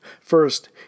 First